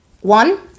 One